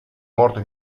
morte